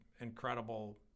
incredible